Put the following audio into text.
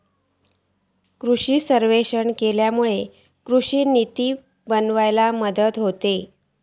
कृषि सर्वेक्षण केल्यामुळे कृषि निती बनवूक मदत मिळता